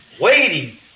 waiting